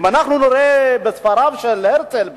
אם אנחנו נראה בספריו של הרצל,